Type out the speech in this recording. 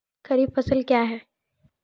खरीफ फसल क्या हैं?